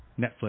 Netflix